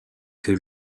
que